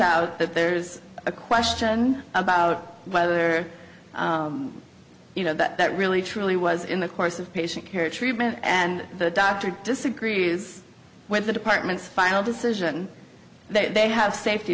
out that there's a question about whether you know that really truly was in the course of patient care treatment and the doctor disagrees with the department's final decision that they have safety